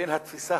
בין התפיסה